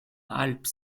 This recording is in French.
alpes